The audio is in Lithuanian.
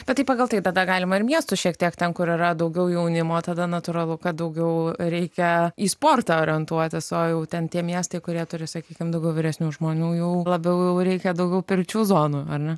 bet taip pagal tai tada galima ir miestų šiek tiek ten kur yra daugiau jaunimo tada natūralu kad daugiau reikia į sportą orientuotas o jau ten tie miestai kurie turi sakykime daugiau vyresnių žmonių jų labiau reikia daugiau pirčių zonoje ar ne